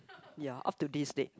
ya up to this day